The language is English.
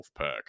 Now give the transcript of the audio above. Wolfpack